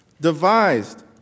devised